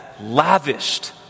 lavished